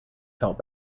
felt